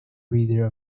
breeder